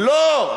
לא.